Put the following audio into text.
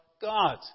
God